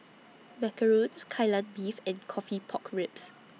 Macarons Kai Lan Beef and Coffee Pork Ribs